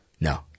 No